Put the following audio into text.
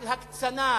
של הקצנה.